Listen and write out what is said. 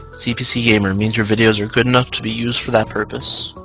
cpcgamer means your videos are good enough to be used for that purpose?